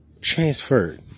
transferred